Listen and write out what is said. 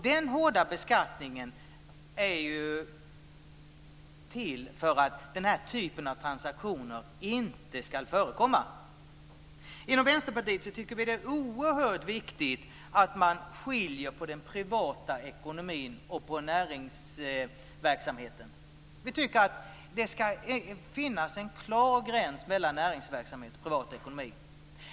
Den hårda beskattningen är till för att den typen av transaktioner inte ska förekomma. Inom Vänsterpartiet tycker vi att det är oerhört viktigt att man skiljer på den privata ekonomin och på näringsverksamheten. Vi tycker att det ska finnas en klar gräns mellan näringsverksamhet och privat ekonomi.